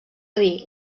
dir